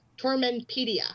Tormentpedia